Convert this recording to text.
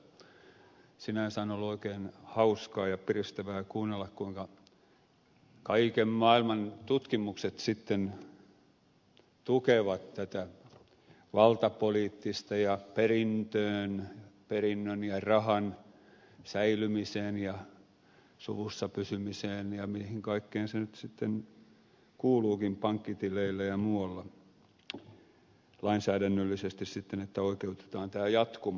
sinänsä on ollut oikein hauskaa ja piristävää kuunnella kuinka kaiken maailman tutkimukset tukevat tätä valtapoliittista ja perinnön ja rahan säilymiseen ja suvussa pysymiseen liittyvää tavoitetta ja mihin kaikkeen se nyt sitten kuuluukin pankkitileillä ja muualla lainsäädännöllisesti niin että oikeutetaan tämä jatkumo